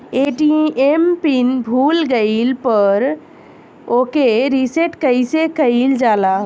ATM pin भूल गईल पर ओके रीसेट कइसे कइल जाला?